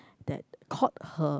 that caught her